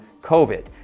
COVID